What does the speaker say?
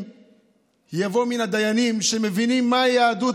יבוא מן הדיינים שמבינים מהי יהדות,